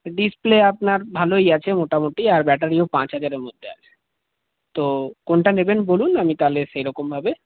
display আপনার ভালোই আছে মোটামোটি আর ব্যাটারিও পাঁচ হাজারের মধ্যে আছে তো কোনটা নেবেন বলুন আমি তাহলে সেরকমভাবে